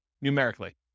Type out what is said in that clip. numerically